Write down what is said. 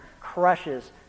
crushes